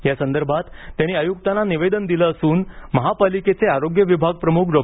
या संदर्भात त्यांनी आयुक्तांना निवेदन दिलं असून महापालिकेचे आरोग्य विभागप्रमुख डॉ